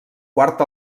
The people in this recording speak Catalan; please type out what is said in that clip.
quart